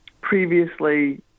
previously